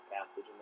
passage